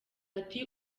ati